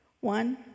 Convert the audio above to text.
one